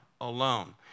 alone